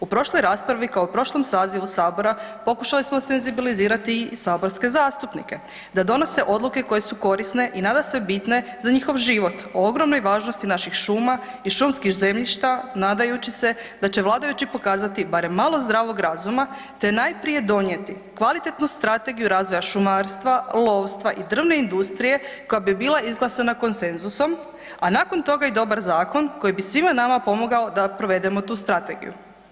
U prošloj raspravi kao i u prošlom sazivu Sabora pokušali smo senzibilizirati i saborske zastupnike da donose odluke koje su korisne i nadasve bitne za njihov život, o ogromnoj važnosti naših šuma i šumskih zemljišta nadajući se da će vladajući pokazati barem malo zdravog razuma, te najprije donijeti kvalitetnu Strategiju razvoja šumarstva, lovstva i drvne industrije koja bi bila izglasana konsenzusom, a nakon toga i dobar zakon koji bi svima nama pomogao da provedemo tu strategiju.